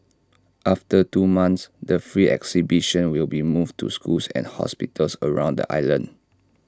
after two months the free exhibition will be moved to schools and hospitals around the island